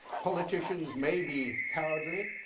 politicians may be cowardly,